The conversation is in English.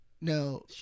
No